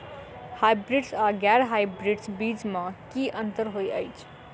Hybrids आ गैर hybrids बीज म की अंतर होइ अछि?